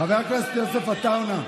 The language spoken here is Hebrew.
חבר הכנסת יוסף עטאונה,